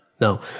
No